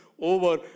over